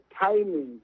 timing